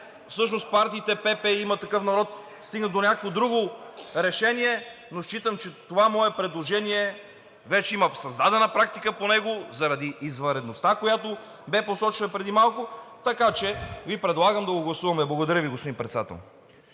Промяната“ и „Има такъв народ“ стигнат до някакво друго решение. Считам, че по това мое предложение вече има създадена практика заради извънредността, която бе посочена преди малко, така че Ви предлагам да го гласуваме. Благодаря Ви, господин Председател.